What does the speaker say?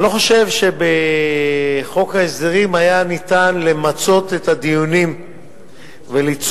אני לא חושב שבחוק ההסדרים היה אפשר למצות את הדיונים וליצור